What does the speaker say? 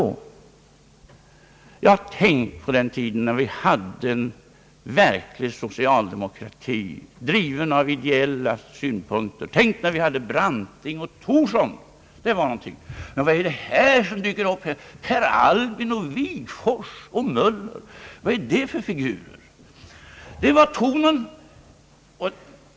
De sade ungefär så här: Tänk på den tiden när vi hade en verklig socialdemokrati, driven av ideella synpunkter! Tänk när vi hade Branting och Thorsson! Det var någonting. Men vad är det för ena som dyker upp nu — Per Albin, Wigforss och Möller. Vad är det för figurer? Så var tonen.